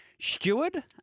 Steward